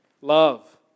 love